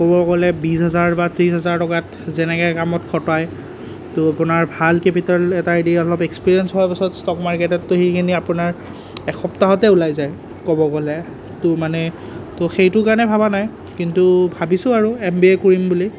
ক'ব গ'লে বিছ হাজাৰ বা ত্ৰিছ হাজাৰ টকাত যেনেকৈ কামত খটায় তো আপোনাৰ ভাল কেপিটেল এটাই দি অলপ এক্সপ্ৰিয়েন্স হোৱা পাছত ষ্টক মাৰ্কেটতটো সেইখিনি আপোনাৰ এসপ্তাহতে ওলাই যায় ক'ব গ'লে তো মনে সেইটো কাৰণে ভবা নাই কিন্তু ভাবিছোঁ আৰু এম বি এ কৰিম বুলি